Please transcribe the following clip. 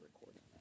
recording